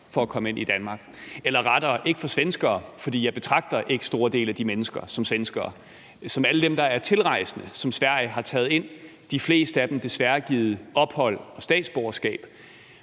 for at komme ind i Danmark – eller rettere: ikke for svenskere, for jeg betragter ikke store dele af de mennesker som svenskere, men for alle dem, der er tilrejsende, og som Sverige har taget ind og desværre, for de flestes vedkommende, givet ophold og statsborgerskab.